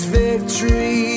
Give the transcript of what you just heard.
victory